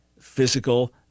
physical